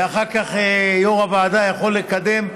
ואחר כך יו"ר הוועדה יכול לקדם,